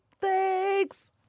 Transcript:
Thanks